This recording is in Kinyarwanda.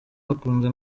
bakunze